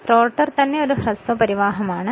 rotor തന്നെ ഒരു short circuit ആണ്